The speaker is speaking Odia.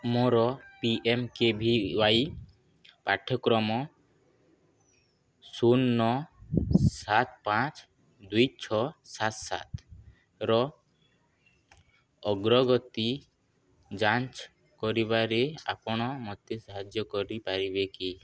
ମୋର P M K V Y ପାଠ୍ୟକ୍ରମ ଶୂନ ନଅ ସାତ ପାଞ୍ଚ ଦୁଇ ଛଅ ସାତ ସାତର ଅଗ୍ରଗତି ଯାଞ୍ଚ କରିବାରେ ଆପଣ ମୋତେ ସାହାଯ୍ୟ କରିପାରିବେ କି